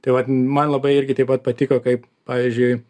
tai vat man labai irgi taip pat patiko kaip pavyzdžiui